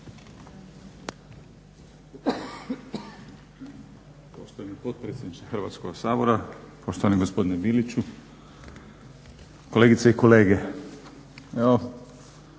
Hrvatskoga sabora, poštovani gospodine Biliću, kolegice i kolege.